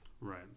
Right